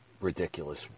ridiculous